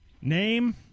Name